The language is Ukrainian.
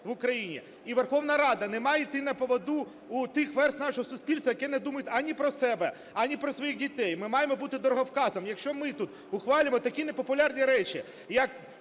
в Україні. І Верховна Рада не має йти на поводу у тих верств нашого суспільства, які не думають ані про себе, ані про своїх дітей. Ми маємо бути дороговказом. Якщо ми тут ухвалюємо такі непопулярні речі як